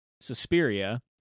Suspiria